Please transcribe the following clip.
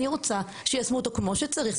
אני רוצה שיישמו אותו כמו שצריך,